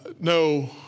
No